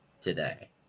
today